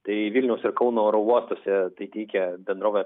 tai vilniaus ir kauno oro uostuose tai teikia bendrovė